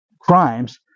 crimes